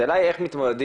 השאלה איך מתמודדים.